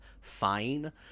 fine